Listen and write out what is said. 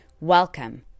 Welcome